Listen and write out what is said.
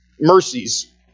Mercies